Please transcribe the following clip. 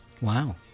Wow